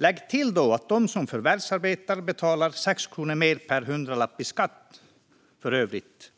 Lägg då till att de som förvärvsarbetar betalar 6 kronor mer per hundralapp i skatt för övrigt,